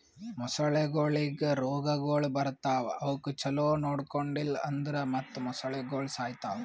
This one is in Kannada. ಮೊಸಳೆಗೊಳಿಗ್ ರೋಗಗೊಳ್ ಬರ್ತಾವ್ ಅವುಕ್ ಛಲೋ ನೊಡ್ಕೊಂಡಿಲ್ ಅಂದುರ್ ಮತ್ತ್ ಮೊಸಳೆಗೋಳು ಸಾಯಿತಾವ್